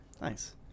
Nice